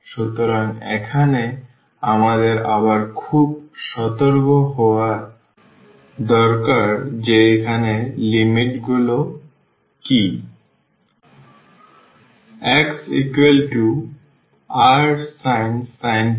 সুতরাং এখানে আমাদের আবার খুব সতর্ক হওয়া দরকার যে এখানে লিমিটগুলি কী